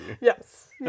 Yes